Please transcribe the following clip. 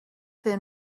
thin